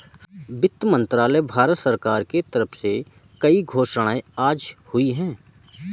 वित्त मंत्रालय, भारत सरकार के तरफ से कई घोषणाएँ आज हुई है